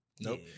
nope